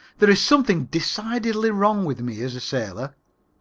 there is something decidedly wrong with me as a sailor.